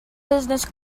business